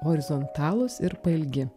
horizontalūs ir pailgi